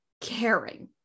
caring